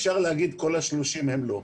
אפשר להגיד שכל ה-30 הם לא,